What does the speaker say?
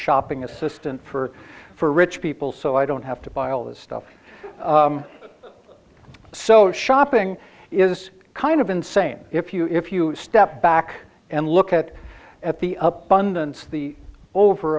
shopping assistant for for rich people so i don't have to buy all this stuff so shopping is kind of insane if you if you step back and look at at the